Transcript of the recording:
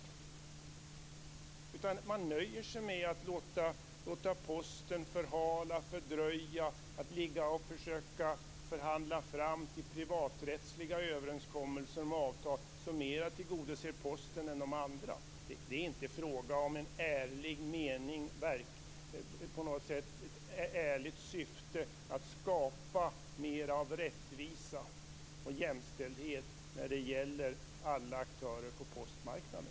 I stället nöjer man sig med att låta Posten förhala, fördröja och försöka förhandla fram privaträttsliga överenskommelser och avtal som mera tillgodoser Posten än de andra. Det är inte fråga om ett ärligt syfte att skapa mer av rättvisa och jämställdhet när det gäller alla aktörerna på postmarknaden.